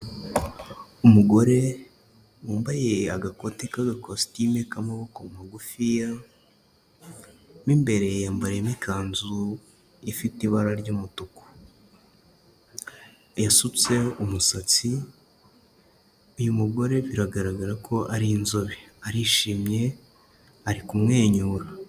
Umugore wambaye agakoti k'agakositimu k'amaboko magufiya, mo imbere yambariyemo ikanzu ifite ibara ry'umutuku. Yasutse umusatsi, uyu mugore biragaragara ko ari inzobe. Arishimye ari kumwenyura.